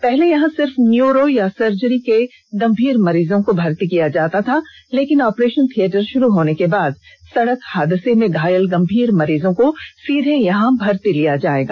पहले यहां सिर्फ न्यूरो या सर्जरी के गंभीर मरीजों को भर्ती किया जाता था लेकिन ऑपरेशन थिएटर शुरू होने के बाद सड़क हादसे में घायल गंभीर मरीजों को सीधे यहां भर्ती लिया जाएगा